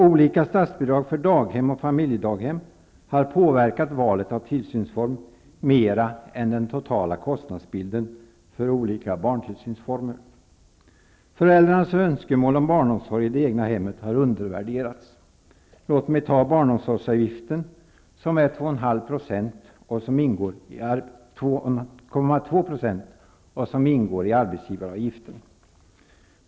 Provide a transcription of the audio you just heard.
Olika statsbidrag för daghem och familjedaghem har påverkat valet av tillsynsform mera än den totala kostnadsbilden för olika barntillsynsformer. Föräldrarnas önskemål om barnomsorg i det egna hemmet har undervärderats. Låt mig ta barnomsorgsavgiften som exempel. Den är 2,2 % och ingår i arbetsgivareavgiften.